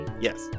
Yes